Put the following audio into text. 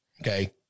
Okay